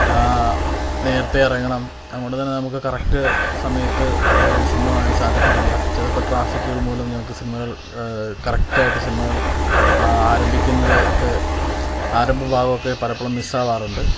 നേരത്തേ ഇറങ്ങണം അതുകൊണ്ടുതന്നെ നമുക്ക് കറക്റ്റ് സമയത്ത് പോയിരുന്നു സിനിമ കാണാന് സാധിക്കത്തില്ല ചിലപ്പം ട്രാഫിക്കുകള് മൂലം ഞങ്ങൾക്ക് സിനിമകള് കറക്റ്റായിട്ട് സിനിമകള് ആരംഭിക്കുന്നത് ഒക്കെ ആരംഭ ഭാഗമൊക്കെ പലപ്പളും മിസ് ആകാറുണ്ട്